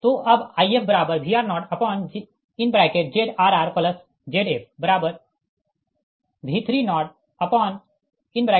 तो अब IfVr0ZrrZfV30Z33010j035 j285 pu